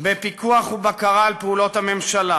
בפיקוח ובבקרה על פעולות הממשלה,